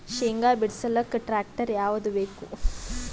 ಶೇಂಗಾ ಬಿಡಸಲಕ್ಕ ಟ್ಟ್ರ್ಯಾಕ್ಟರ್ ಯಾವದ ಬೇಕು?